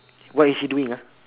what is he doing ah